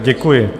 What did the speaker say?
Děkuji.